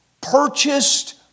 purchased